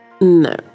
No